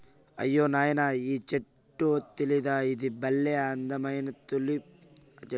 అయ్యో నాయనా ఈ చెట్టు తెలీదా ఇది బల్లే అందమైన తులిప్ చెట్టు